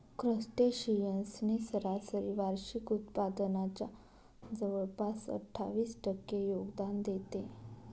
crustaceans ने सरासरी वार्षिक उत्पादनाच्या जवळपास अठ्ठावीस टक्के योगदान देते